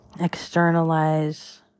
externalize